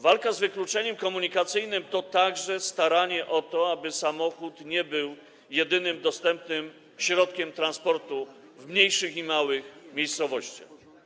Walka z wykluczeniem komunikacyjnym to także staranie o to, aby samochód nie był jedynym dostępnym środkiem transportu w mniejszych i małych miejscowościach.